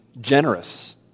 generous